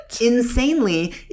insanely